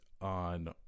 on